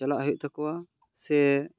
ᱪᱟᱞᱟᱜ ᱦᱩᱭᱩᱜ ᱛᱟᱠᱚᱣᱟ ᱥᱮ